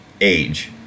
age